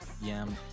yam